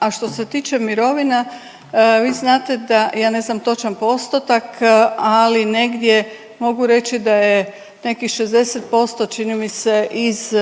a što se tiče mirovina vi znate da, ja ne znam točan postotak, ali negdje, mogu reći da je nekih 60% čini mi se iz